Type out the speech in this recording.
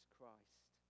Christ